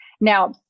Now